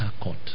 court